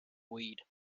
weed